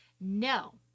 No